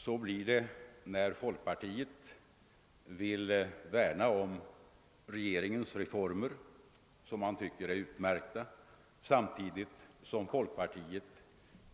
Så blir det när folkpartiet vill värna om regeringens reformer, som partiet tycker är utmärkta, samtidigt som folkpartiet